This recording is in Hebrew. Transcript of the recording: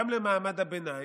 גם למעמד הביניים,